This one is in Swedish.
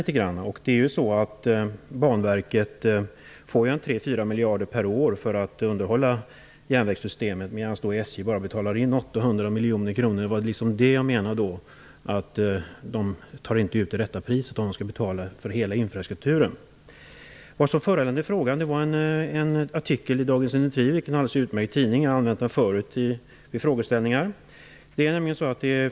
Faktum är att Banverket får 3--4 miljarder per år för att underhålla järnvägssystemet, medan SJ bara betalar in 800 miljoner kronor. Det var det jag menade med att SJ inte tar ut det rätta priset om man skall betala för hela infrastrukturen. Det som föranledde frågan var en artikel i Dagens Industri, vilket är en alldeles utmärkt tidning. Jag har använt den förut vid frågeställningar.